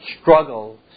struggle